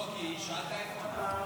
בעד, 29, נגד,